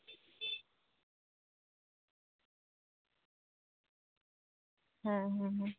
ᱦᱮᱸ ᱦᱮᱸ ᱦᱮᱸ